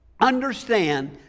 Understand